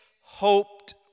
hoped